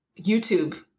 YouTube